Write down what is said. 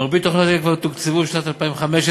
מרבית תוכניות אלה כבר תוקצבו לשנת 2015,